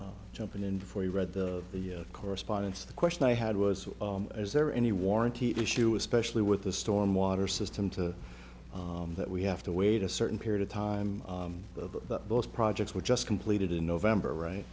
for jumping in before you read the correspondence the question i had was is there any warranty issue especially with the stormwater system to that we have to wait a certain period of time the most projects were just completed in november right